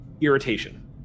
irritation